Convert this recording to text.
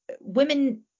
women